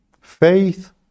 Faith